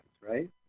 right